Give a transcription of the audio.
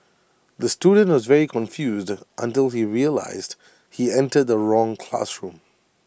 the student was very confused until he realised he entered the wrong classroom